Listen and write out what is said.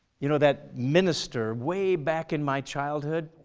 you know that minister way back in my childhood?